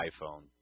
iPhone